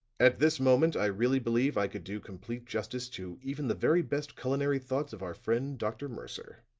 at this moment i really believe i could do complete justice to even the very best culinary thoughts of our friend, dr. mercer.